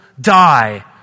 die